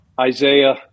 Isaiah